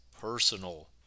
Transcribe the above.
personal